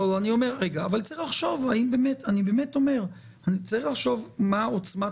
אני מבין את הפחד מתקדים, אבל אנחנו בתקופת